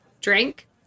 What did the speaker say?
drink